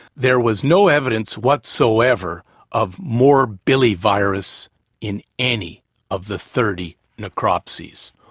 there was no evidence whatsoever of morbillivirus in any of the thirty necropsies.